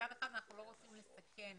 מצד אחד אנחנו לא רוצים לסכן